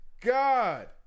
God